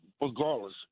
Regardless